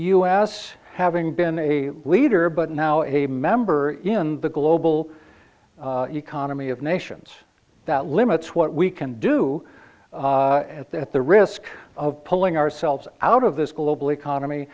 s having been a leader but now a member in the global economy of nations that limits what we can do at the risk of pulling ourselves out of this global economy